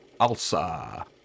Alsa